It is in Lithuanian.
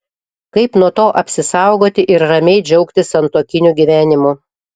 kaip nuo to apsisaugoti ir ramiai džiaugtis santuokiniu gyvenimu